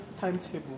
timetable